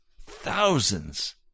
thousands